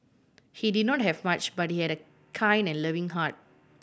he did not have much but he had a kind and loving heart